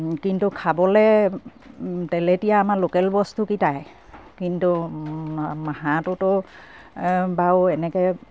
কিন্তু খাবলে তেলেতিয়া আমাৰ লোকেল বস্তুকিটাই কিন্তু হাঁহটোতো বাৰু এনেকে